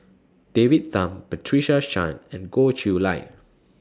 David Tham Patricia Chan and Goh Chiew Lye